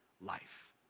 life